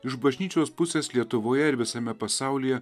iš bažnyčios pusės lietuvoje ir visame pasaulyje